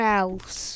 else